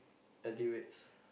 L_D reds